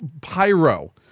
pyro